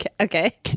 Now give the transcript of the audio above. Okay